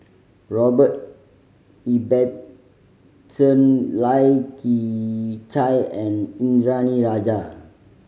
Robert Ibbetson Lai Kew Chai and Indranee Rajah